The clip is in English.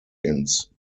ins